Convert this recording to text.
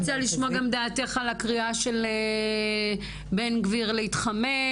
הייתי רוצה לשמוע גם דעתך על הקריאה של בן גביר להתחמש,